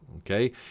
Okay